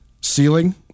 ceiling